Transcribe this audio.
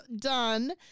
done